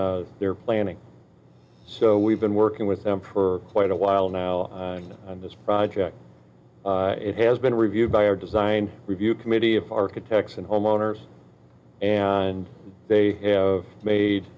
in their planning so we've been working with them for quite a while now and on this project it has been reviewed by our design review committee of architects and homeowners and they have made